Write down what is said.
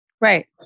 Right